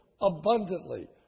abundantly